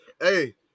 Hey